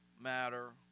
matter